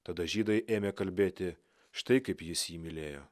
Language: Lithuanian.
tada žydai ėmė kalbėti štai kaip jis jį mylėjo